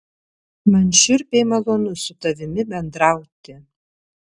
man šiurpiai malonu su tavimi bendrauti